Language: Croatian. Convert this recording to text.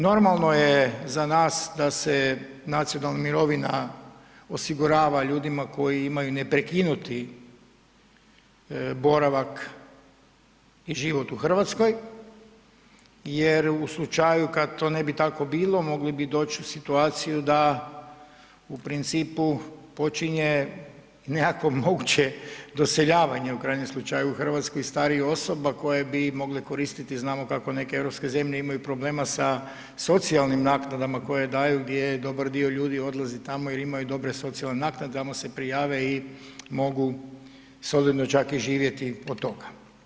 Normalno je za nas da se nacionalna mirovina osigurava ljudima koji imaju neprekinuti boravak i život u Hrvatskoj jer u slučaju kada to ne tako bilo mogli bi doći u situaciju da u principu počinje nekakvo moguće doseljavanje u krajnjem slučaju u Hrvatsku starijih osoba koje bi mogle koristiti, znamo kako neke europske zemlje imaju problema sa socijalnim naknadama koje daju gdje dobar dio ljudi odlazi tamo jer imaju dobre socijalne naknade, tamo se prijave i mogu solidno čak i živjeti od toga.